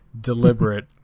deliberate